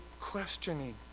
questioning